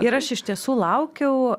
ir aš iš tiesų laukiau